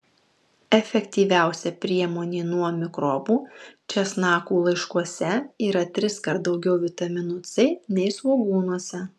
efektyviausia priemonė nuo mikrobų česnakų laiškuose yra triskart daugiau vitamino c nei svogūnuose